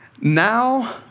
Now